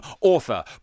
author